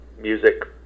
music